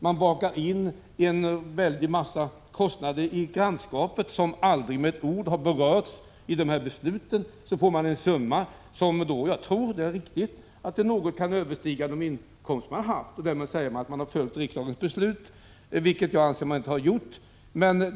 Man bakar in en väldig massa kostnader i grannskapet, som aldrig med ett ord har berörts i det här beslutet. Så får man en summa som =— det tror jag är riktigt — något kan överstiga de inkomster man har haft. Därmed säger man att man har följt riksdagens beslut, vilket jag anser att man inte har gjort.